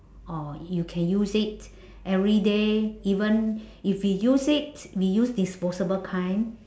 or you can use it everyday even if we use it we use disposable kind